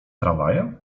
tramwajem